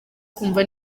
kumva